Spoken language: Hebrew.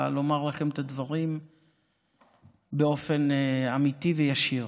לומר לכם את הדברים באופן אמיתי וישיר.